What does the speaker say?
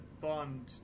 Bond